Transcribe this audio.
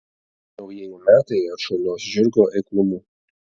naujieji metai atšuoliuos žirgo eiklumu